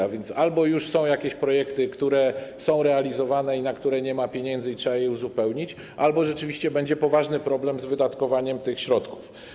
Albo już są jakieś projekty, które są realizowane, na które nie ma pieniędzy i trzeba je uzupełnić, albo rzeczywiście będzie poważny problem z wydatkowaniem tych środków.